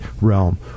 realm